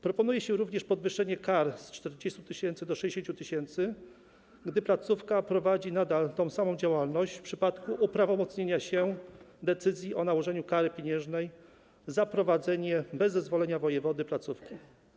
Proponuje się również podwyższenie kar z 40 tys. do 60 tys., gdy placówka prowadzi nadal tę samą działalność w przypadku uprawomocnienia się decyzji o nałożeniu kary pieniężnej za prowadzenie bez zezwolenia wojewody placówki.